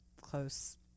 close